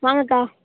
வாங்கக்கா